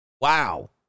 Wow